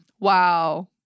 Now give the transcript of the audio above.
Wow